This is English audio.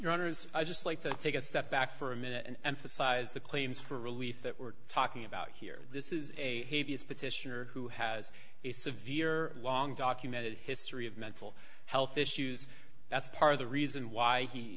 honors i just like to take a step back for a minute and for size the claims for relief that we're talking about here this is a petitioner who has a severe long documented history of mental health issues that's part of the reason why he